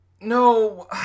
no